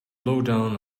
lowdown